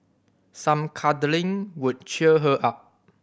some cuddling would cheer her up